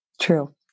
True